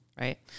right